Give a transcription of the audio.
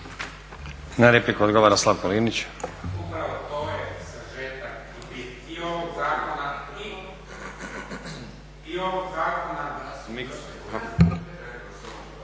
Na repliku ogovara Slavko Linić.